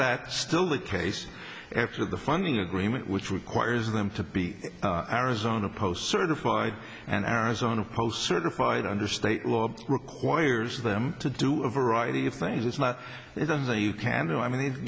that still the case after the funding agreement which requires them to be arizona post certified and arizona post certified under state law requires them to do a variety of things it's not it doesn't say you can do i mean